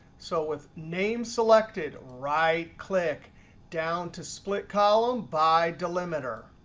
so with name selected, right-click. down to split column by delimiter.